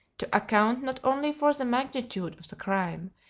to account not only for the magnitude of the crime,